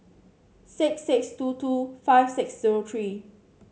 six six two two five six zero three